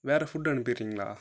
வேறு ஃபுட்டு அனுப்பிடறீங்களா